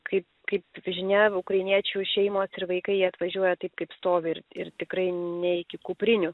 kaip kaip žinia ukrainiečių šeimos ir vaikai jie atvažiuoja taip kaip stovi ir ir tikrai ne iki kuprinių